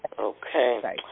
okay